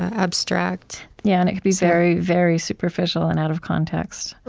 abstract yeah. and it can be very, very superficial and out of context.